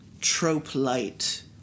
trope-light